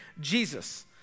Jesus